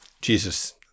Jesus